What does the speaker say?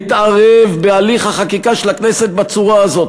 להתערב בהליך החקיקה של הכנסת בצורה הזו?